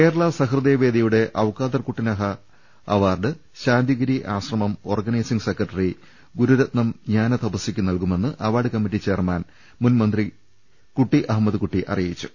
കേരള സഹൃദയവേദിയുടെ അവുക്കാദർകുട്ടി നഹ അവാർഡ് ശാന്തിഗിരി ആശ്രമം organising secretary Gururatnam ജ്ഞാനതപസ്വിക്ക് നൽകുമെന്ന് അവാർഡ് കമ്മിറ്റി ചെയർമാൻ മുൻമന്ത്രി കുട്ടി അഹമ്മദ് കുട്ടി അറി യിച്ചു